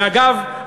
ואגב,